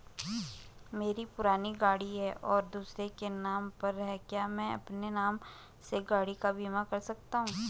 मेरी पुरानी गाड़ी है और दूसरे के नाम पर है क्या मैं अपने नाम से गाड़ी का बीमा कर सकता हूँ?